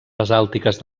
basàltiques